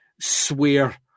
swear